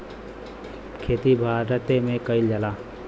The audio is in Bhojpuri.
खेती भारते मे कइल जाला